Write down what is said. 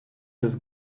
this